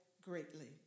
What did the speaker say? greatly